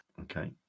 Okay